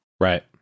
Right